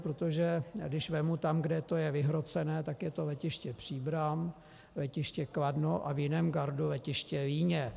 Protože když vezmu tam, kde je to vyhrocené, tak je to letiště Příbram, letiště Kladno a v jiném gardu letiště Líně.